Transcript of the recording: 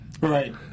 Right